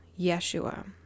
Yeshua